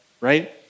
right